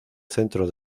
centro